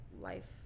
life